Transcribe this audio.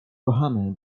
kochamy